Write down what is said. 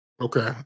Okay